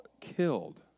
killed